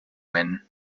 win